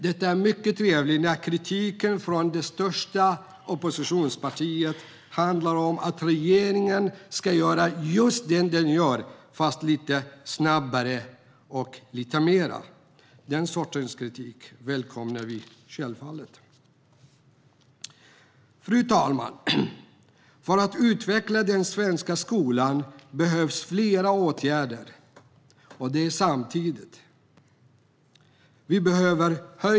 Det är mycket trevligt när kritiken från det största oppositionspartiet handlar om att regeringen ska göra just det den gör fast lite snabbare och lite mer. Den sortens kritik välkomnar vi självfallet. Fru talman! För att utveckla den svenska skolan behövs flera åtgärder, och det samtidigt.